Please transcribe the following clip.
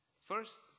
First